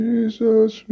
Jesus